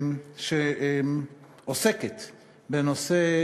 שעוסקת בנושא,